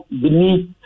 beneath